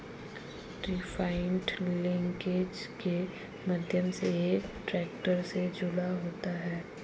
three point linkage के माध्यम से एक ट्रैक्टर से जुड़ा होता है